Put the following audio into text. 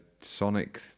Sonic